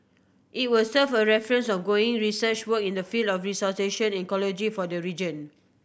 it will serve a reference ongoing research work in the field of restoration ecology for the region